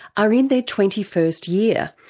are in their twenty first year,